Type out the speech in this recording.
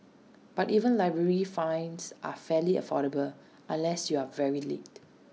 but even library fines are fairly affordable unless you are very late